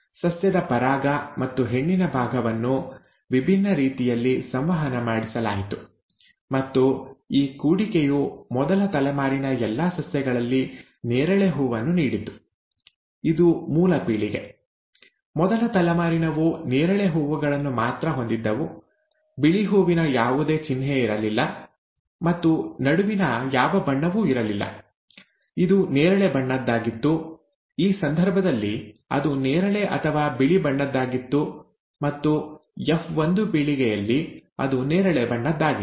ಸಸ್ಯದ ಪರಾಗ ಮತ್ತು ಹೆಣ್ಣಿನ ಭಾಗವನ್ನು ವಿಭಿನ್ನ ರೀತಿಯಲ್ಲಿ ಸಂವಹನ ಮಾಡಿಸಲಾಯಿತು ಮತ್ತು ಈ ಕೂಡಿಕೆಯು ಮೊದಲ ತಲೆಮಾರಿನ ಎಲ್ಲಾ ಸಸ್ಯಗಳಲ್ಲಿ ನೇರಳೆ ಹೂವನ್ನು ನೀಡಿತು ಇದು ಮೂಲ ಪೀಳಿಗೆ ಮೊದಲ ತಲೆಮಾರಿನವು ನೇರಳೆ ಹೂವುಗಳನ್ನು ಮಾತ್ರ ಹೊಂದಿದ್ದವು ಬಿಳಿ ಹೂವಿನ ಯಾವುದೇ ಚಿಹ್ನೆ ಇರಲಿಲ್ಲ ಮತ್ತು ನಡುವಿನ ಯಾವ ಬಣ್ಣವೂ ಇರಲಿಲ್ಲ ಇದು ನೇರಳೆ ಬಣ್ಣದ್ದಾಗಿತ್ತು ಈ ಸಂದರ್ಭದಲ್ಲಿ ಅದು ನೇರಳೆ ಅಥವಾ ಬಿಳಿ ಬಣ್ಣದ್ದಾಗಿತ್ತು ಮತ್ತು ಎಫ್1 ಪೀಳಿಗೆಯಲ್ಲಿ ಅದು ನೇರಳೆ ಬಣ್ಣದ್ದಾಗಿತ್ತು